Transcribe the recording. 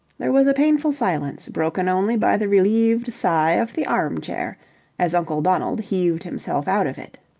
there was a painful silence, broken only by the relieved sigh of the armchair as uncle donald heaved himself out of it.